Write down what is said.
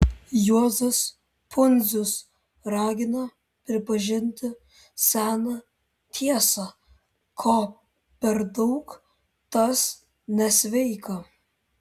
juozas pundzius ragina pripažinti seną tiesą ko per daug tas nesveika